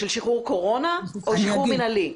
של שחרור קורונה או שחרור מינהלי?